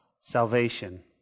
salvation